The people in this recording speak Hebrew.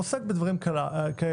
הוא עוסק בדברים כאלה.